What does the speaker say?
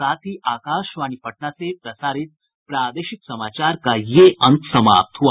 इसके साथ ही आकाशवाणी पटना से प्रसारित प्रादेशिक समाचार का ये अंक समाप्त हुआ